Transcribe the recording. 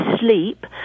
sleep